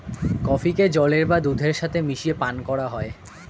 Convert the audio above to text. কফিকে জলের বা দুধের সাথে মিশিয়ে পান করা হয়